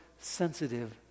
sensitive